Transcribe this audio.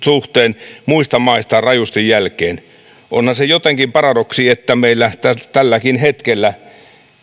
suhteen muista maista rajusti jälkeen onhan se jotenkin paradoksi että meillä tälläkin hetkellä